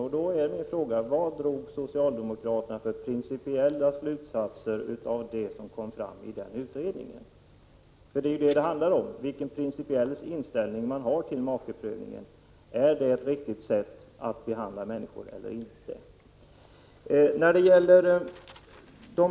Min fråga är: Vad drog socialdemokraterna för principiella slutsatser av det som kom fram i den utredningen? Det är ju det det handlar om — vilken principiell inställning man har till makeprövningen. Är det ett riktigt sätt att behandla människor eller inte?